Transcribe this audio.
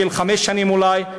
של חמש שנים אולי,